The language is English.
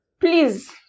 Please